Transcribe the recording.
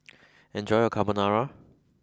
enjoy your Carbonara